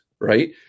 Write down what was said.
right